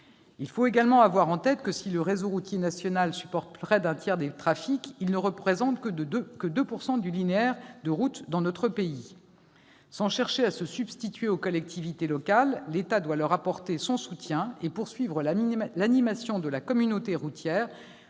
Il faut également avoir en tête que, si le réseau routier national supporte près d'un tiers des trafics, il ne représente que 2 % des infrastructures linéaires routières de notre pays. Sans chercher à se substituer aux collectivités locales, l'État doit leur apporter son soutien et poursuivre l'animation de la communauté routière